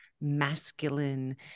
masculine